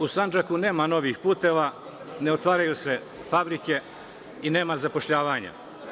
U Sandžaku nema novih puteva, ne otvaraju se fabrike i nema zapošljavanja.